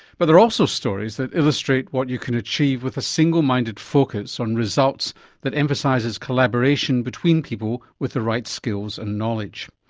but there are also stories that illustrate what you can achieve with a single-minded focus on results that emphasises collaboration between people with the right skills and knowledge.